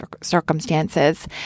circumstances